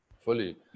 fully